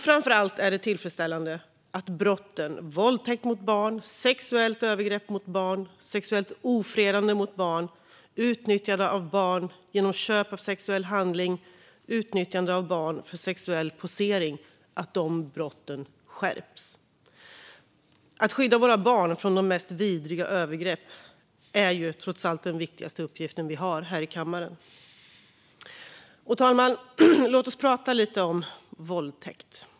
Framför allt är det tillfredsställande att straffskalan för brotten våldtäkt mot barn, sexuellt övergrepp mot barn, sexuellt ofredande mot barn, utnyttjande av barn genom köp av sexuell handling och utnyttjande av barn för sexuell posering skärps. Att skydda våra barn från de mest vidriga övergrepp är, trots allt, den viktigaste uppgiften vi har i kammaren. Fru talman! Låt oss prata lite om våldtäkt.